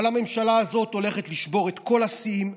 אבל הממשלה הזאת הולכת לשבור את כל השיאים,